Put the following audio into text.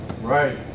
Right